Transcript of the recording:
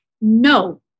No